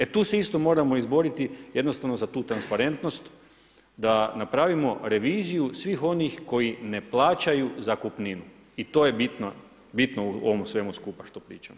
E tu se isto moramo izboriti jednostavno za tu transparentnost da napravimo reviziju svih onih koji ne plaćaju zakupninu i to je bitno u ovome svemu skupa što pričamo.